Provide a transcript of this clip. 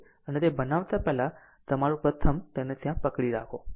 અને તે બનાવતા પહેલા તમારું પ્રથમ તેને ત્યાં પકડી રાખો